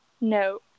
No